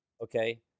okay